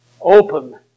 Open